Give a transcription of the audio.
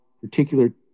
particular